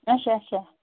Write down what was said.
اَچھا اَچھا